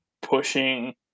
pushing